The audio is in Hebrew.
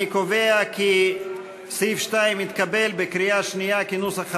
אני קובע כי סעיף 2 התקבל בקריאה שנייה כנוסח הוועדה.